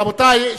רבותי,